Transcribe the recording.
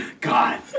God